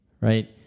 Right